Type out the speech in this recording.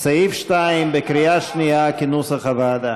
סעיף 2 בקריאה שנייה כנוסח הוועדה.